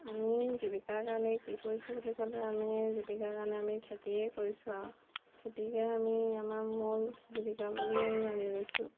আমি জীৱিকাৰ কাৰণে কি কৰিছোঁ বুলি ক'লে আমি জীৱিকাৰ কাৰণে আমি খেতিয়ে কৰিছোঁ আৰু খেতিকে আমি আমাৰ মূল জীৱিকা বুলি আমি মানি লৈছোঁ